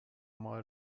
mal